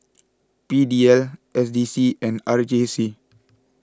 P D L S D C and R J C